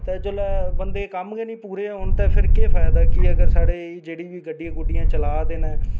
ते जेल्लै बंदे गी कम्म गै निं पूरे होन कि अगर साढ़ी गड्डियां चला दे न